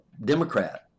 Democrat